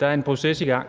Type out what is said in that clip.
Der er en proces i gang.